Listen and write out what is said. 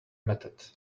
method